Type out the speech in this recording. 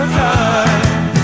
time